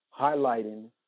highlighting